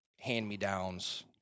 hand-me-downs